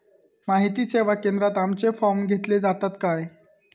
माहिती सेवा केंद्रात आमचे फॉर्म घेतले जातात काय?